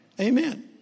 Amen